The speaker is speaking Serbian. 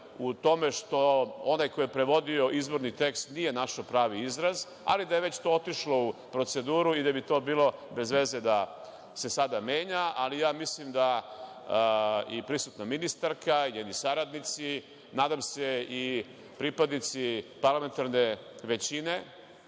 u tome što onaj koji je prevodio izvorni tekst nije našao pravi izraz, ali da je već to otišlo u proceduru i da bi to bilo bez veze da se sada menja. Mislim da i prisutna ministarka i njeni saradnici, nadam se i pripadnici parlamentarne većine,